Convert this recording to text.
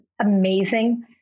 amazing